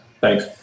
Thanks